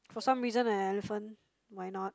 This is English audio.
for some reason an elephant why not